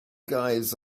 guys